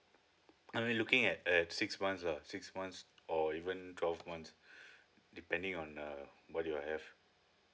I'm in looking at a six months uh six months or even twelve months depending on uh what do y'all have